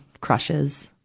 crushes